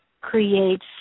creates